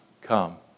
come